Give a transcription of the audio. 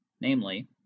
namely